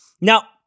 Now